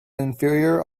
inferior